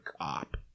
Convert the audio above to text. cop